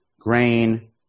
grain